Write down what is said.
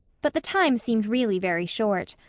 but the time seemed really very short.